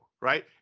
right